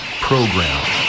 program